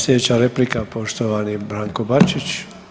Slijedeća replika poštovani Branko Bačić.